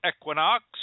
equinox